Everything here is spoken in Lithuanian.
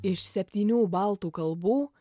iš septynių baltų kalbų